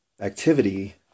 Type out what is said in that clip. activity